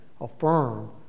affirm